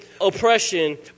oppression